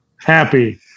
happy